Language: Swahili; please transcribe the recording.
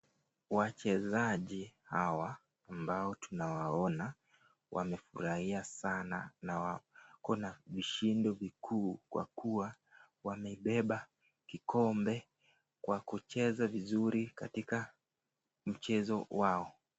Wachezeji hawa ambao tunawaona wamefurahia sana na wako na vishindo vikuu kwa kuwa wamebeba vikombe kwa kucheza vizuri katika mchezo wao.